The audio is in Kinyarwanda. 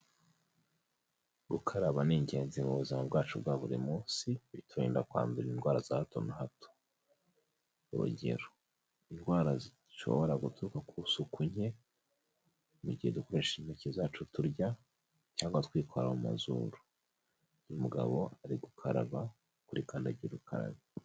Gukaraba ni ingenzi mu buzima bwacu bwa buri munsi, biturinda kwandura indwara za hato na hato, urugero indwara zishobora guturuka ku isuku nke mu gihe dukoresha intoki zacu turya, cyangwa twikora mu mazuru, uyu mugabo ari gukaraba kuri kandagira ukarabe.